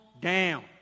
down